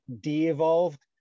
de-evolved